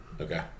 Okay